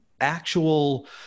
actual